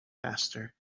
faster